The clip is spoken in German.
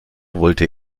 wollte